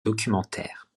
documentaire